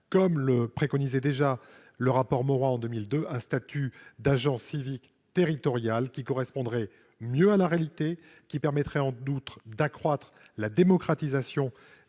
comme le préconisait déjà le rapport Mauroy de 2000, un statut d'agent civique territorial qui correspondrait mieux à la réalité et permettrait, en outre, d'accroître la démocratisation